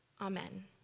Amen